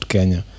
Kenya